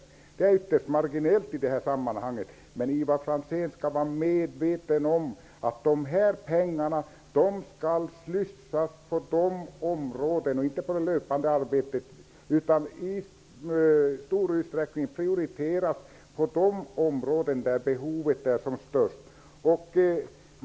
Det är alltså fråga om en ytterst marginell summa i det här sammanhanget. Ivar Franzén skall vara medveten om att de här pengarna inte skall användas för det löpande arbetet. I stället skall de i stor utsträckning prioriteras till de områden där behoven är störst.